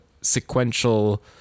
sequential